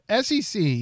SEC